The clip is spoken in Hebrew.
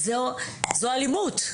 זוהי אלימות.